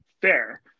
fair